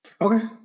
okay